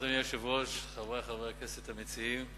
אדוני היושב-ראש, תודה, חברי חברי הכנסת המציעים,